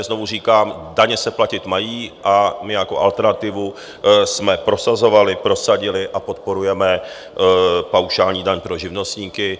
Znovu říkám: daně se platit mají a my jako alternativu jsme prosazovali, prosadili a podporujeme paušální daň pro živnostníky.